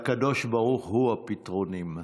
לקדוש ברוך הוא הפתרונים.